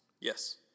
Yes